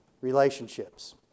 Relationships